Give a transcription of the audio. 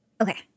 Okay